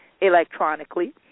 electronically